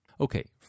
Okay